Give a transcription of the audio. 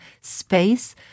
space